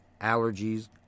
allergies